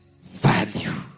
value